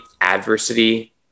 adversity